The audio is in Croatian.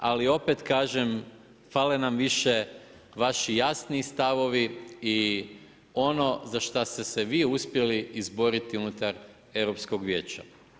Ali opet kažem fale nam više vaši jasniji stavovi i ono za šta ste se vi uspjeli izboriti unutar Europskog vijeća.